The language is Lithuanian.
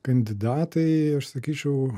kandidatai aš sakyčiau